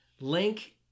link